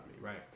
right